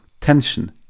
tension